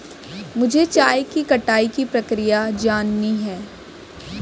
मुझे चाय की कटाई की प्रक्रिया जाननी है